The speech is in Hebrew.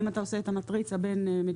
אם אתה עושה את המטריצה בין מדינות